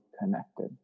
connected